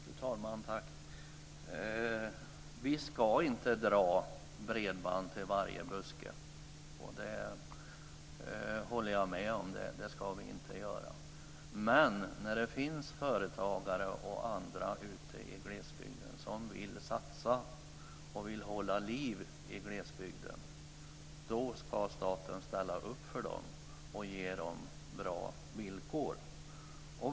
Fru talman! Vi ska inte dra bredband till varje buske. Det håller jag med om. Det ska vi inte göra. Men när det finns företagare och andra ute i glesbygden som vill satsa och vill hålla liv i glesbygden ska staten ställa upp för dem och ge dem bra villkor.